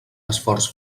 esforç